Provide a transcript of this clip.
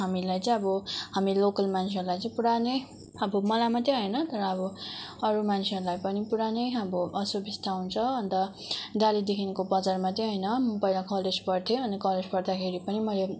हामीलाई चाहिँ अब हामी लोकल मान्छेहरूलाई चाहिँ पुरा नै अब मलाई मात्रै होइन तर अब अरू मान्छेहरूलाई पनि पुरा नै अब असुबिस्ता हुन्छ अन्त डालीदेखिनको बजार मात्रै होइन म पहिला कलेज पढ्थेँ अनि कलेज गर्दाखेरि पनि मैले